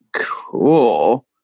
cool